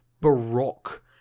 baroque